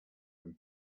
him